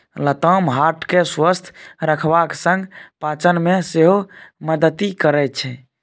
लताम हार्ट केँ स्वस्थ रखबाक संग पाचन मे सेहो मदति करय छै